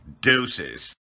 Deuces